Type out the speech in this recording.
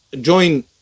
join